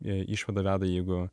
išvadą veda jeigu